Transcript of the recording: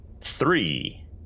three